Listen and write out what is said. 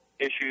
issues